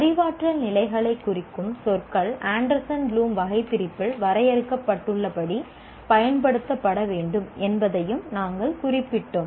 அறிவாற்றல் நிலைகளைக் குறிக்கும் சொற்கள் ஆண்டர்சன் ப்ளூம் வகைபிரிப்பில் வரையறுக்கப்பட்டுள்ளபடி பயன்படுத்தப்பட வேண்டும் என்பதையும் நாங்கள் குறிப்பிட்டோம்